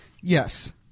Yes